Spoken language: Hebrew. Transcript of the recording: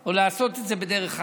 או לעשות את זה בדרך אחרת.